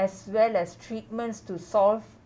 as well as treatments to solve